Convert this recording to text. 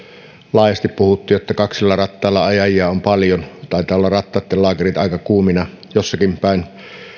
laajasti puhuttiin että kaksilla rattailla ajajia on paljon taitaa olla rattaitten laakerit aika kuumina jossakin päin